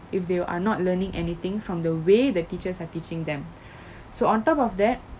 if they w~ are not learning anything from the way the teachers are teaching them so on top of that